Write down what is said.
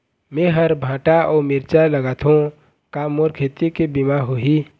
मेहर भांटा अऊ मिरचा लगाथो का मोर खेती के बीमा होही?